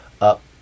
up